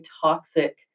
toxic